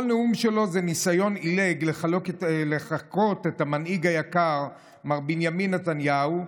כל נאום שלו הוא ניסיון עילג לחקות את המנהיג היקר מר בנימין נתניהו,